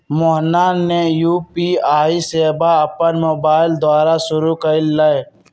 मोहना ने यू.पी.आई सेवा अपन मोबाइल द्वारा शुरू कई लय